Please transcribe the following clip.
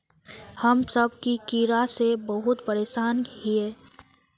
हम सब की कीड़ा से बहुत परेशान हिये?